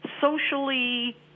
socially